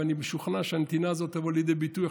ואני משוכנע שהנתינה הזאת תבוא לידי ביטוי.